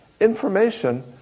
Information